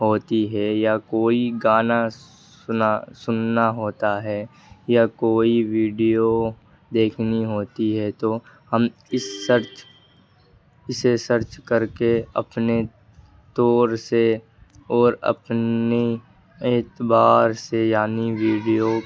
ہوتی ہے یا کوئی گانا سنا سننا ہوتا ہے یا کوئی ویڈیو دیکھنی ہوتی ہے تو ہم اس سرچ اسے سرچ کر کے اپنے طور سے اور اپنی اعتبار سے یعنی ویڈیو